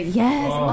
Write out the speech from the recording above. yes